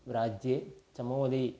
राज्ये चमोलि